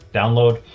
download.